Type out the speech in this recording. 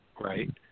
right